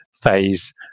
phase